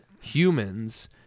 humans